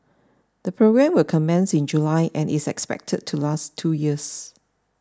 the programme will commence in July and is expected to last two years